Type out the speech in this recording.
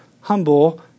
humble